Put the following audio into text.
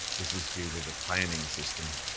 this is due to the planning system.